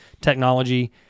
technology